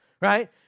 right